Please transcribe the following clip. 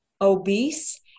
obese